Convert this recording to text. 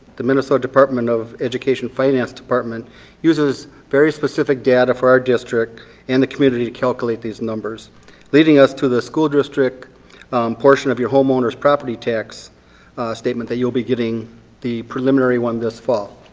the minnesota department of education finance department uses very specific data for our district and the community to calculate these numbers leading us to the school district portion of your homeowner's property tax statement that you'll be getting the preliminary one this fall.